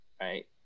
right